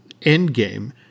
Endgame